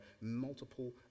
multiple